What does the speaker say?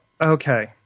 okay